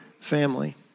family